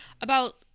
about-